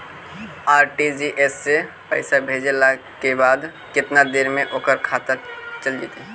RTGS से पैसा भेजला के बाद केतना देर मे ओकर खाता मे चल जितै?